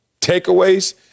Takeaways